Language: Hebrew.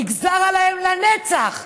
נגזר עליהם לנצח,